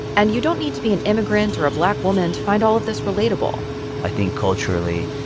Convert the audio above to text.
and you don't need to be an immigrant or a black woman to find all of this relatable i think culturally,